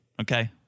Okay